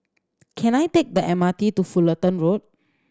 can I take the M R T to Fullerton Road